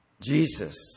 Jesus